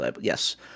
Yes